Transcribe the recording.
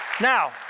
Now